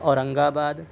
اورنگ آباد